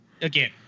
Again